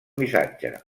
missatge